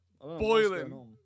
boiling